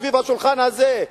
סביב השולחן הזה,